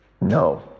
No